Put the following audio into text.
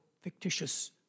fictitious